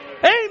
Amen